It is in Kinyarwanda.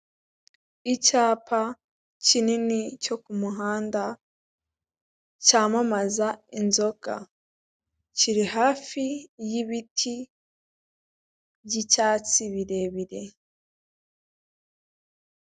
Icyapa kinini cyo ku muhanda cyamamaza inzoga, kiri hafi y'ibiti by'icyatsi birebire.